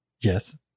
Yes